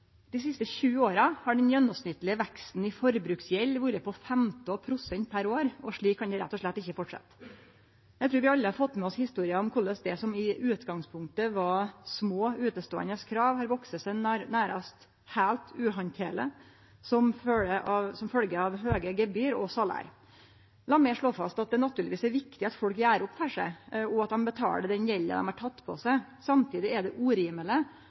Dei siste 20 åra har den gjennomsnittlege veksten i forbruksgjeld vore på 15 pst. per år, og slik kan det rett og slett ikkje fortsetje. Eg trur vi alle har fått med oss historier om korleis det som i utgangspunktet var små uteståande krav, har vakse seg nærast heilt uhandterlege som følgje av høge gebyr og salær. La meg slå fast at det naturlegvis er viktig at folk gjer opp for seg, og at dei betaler den gjelda dei har teke på seg. Samtidig er det urimeleg